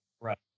Right